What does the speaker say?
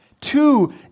Two